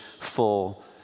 full